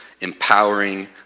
empowering